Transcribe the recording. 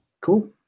cool